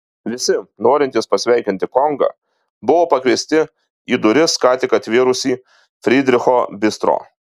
visi norintys pasveikinti kongą buvo pakviesti į duris ką tik atvėrusį frydricho bistro